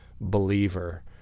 believer